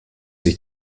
sich